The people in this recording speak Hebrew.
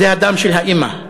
זה הדם של האימא.